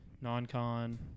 non-con